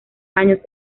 años